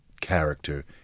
character